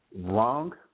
wrong